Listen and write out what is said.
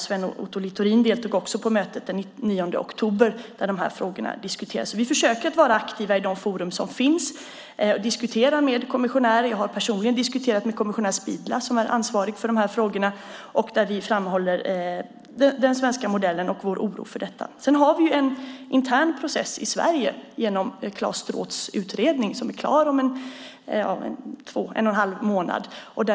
Sven Otto Littorin deltog också på mötet den 9 oktober när dessa tre frågor diskuterades. Vi försöker vara aktiva i de forum som finns och diskutera med kommissionärer. Jag har personligen diskuterat med kommissionär Spidla som är ansvarig för dessa frågor. Vi framhåller den svenska modellen och vår oro. Sedan har vi en intern process i Sverige genom Claes Stråths utredning som blir klar om en och en halv månad.